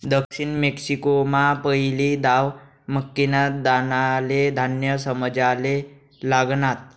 दक्षिण मेक्सिकोमा पहिली दाव मक्कीना दानाले धान्य समजाले लागनात